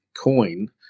coin